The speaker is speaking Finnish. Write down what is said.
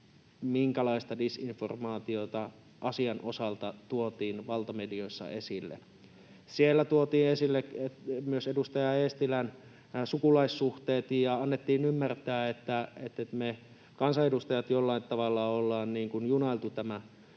minkälaista disinformaatiota asian osalta tuotiin valtamedioissa esille. [Petri Huru: Kyllä!] Siellä tuotiin esille myös edustaja Eestilän sukulaissuhteet ja annettiin ymmärtää, että me kansanedustajat jollain tavalla ollaan junailtu tämä